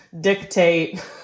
dictate